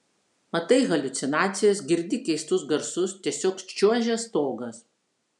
matai haliucinacijas girdi keistus garsus tiesiog čiuožia stogas